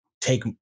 take